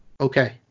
Okay